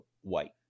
white